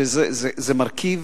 שזה מרכיב